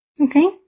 Okay